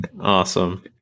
Awesome